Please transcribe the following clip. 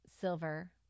silver